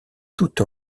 toute